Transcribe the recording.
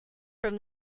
from